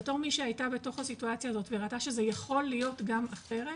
בתור מי שהייתה בתוך הסיטואציה הזאת וראתה שזה יכול להיות גם אחרת,